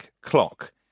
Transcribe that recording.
clock